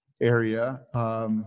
area